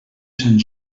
sant